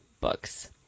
books